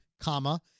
comma